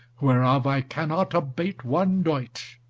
whereof i cannot abate one doit.